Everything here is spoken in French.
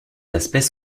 aspects